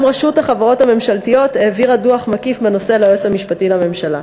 גם רשות החברות הממשלתיות העבירה דוח מקיף בנושא ליועץ המשפטי לממשלה.